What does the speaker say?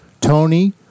Tony